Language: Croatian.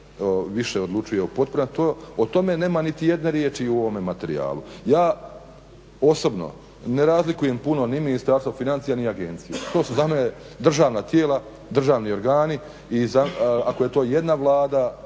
više odlučuje o potporama o tome nema niti jedne riječi u ovome materijalu. Ja osobno ne razlikujem puno ni Ministarstvo financija ni agenciju. To su za mene državna tijela, državni organi i ako je to jedna Vlada